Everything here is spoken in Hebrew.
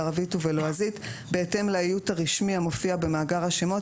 בערבית ובלועזית בהתאם לאיות הרשמי המופיע במאגר השמות